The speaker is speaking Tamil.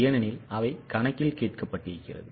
ஏனெனில் அவை கணக்கில் கேட்கப்பட்டிருக்கிறது